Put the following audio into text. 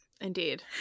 indeed